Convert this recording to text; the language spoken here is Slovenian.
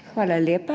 Hvala lepa.